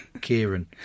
Kieran